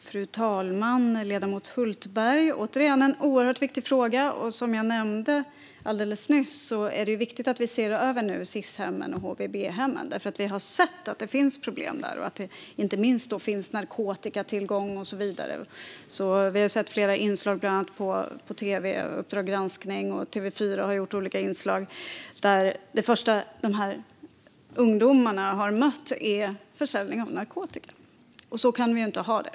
Fru talman! Ledamoten Hultberg tar återigen upp en oerhört viktig fråga. Som jag sa alldeles nyss är det viktigt att vi nu ser över Sis-hemmen och HVB-hemmen, för vi har sett att det finns problem där, inte minst med narkotikatillgång. Vi har ju sett olika inslag på SVT, Uppdrag granskning , och på TV4 som visat att det första som ungdomarna möter är försäljning av narkotika. Så kan vi självklart inte ha det.